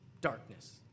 darkness